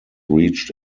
reached